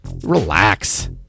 Relax